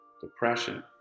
depression